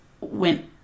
went